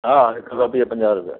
हा हिकु कॉपी जा पंजाह रुपया